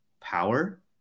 power